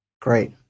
Great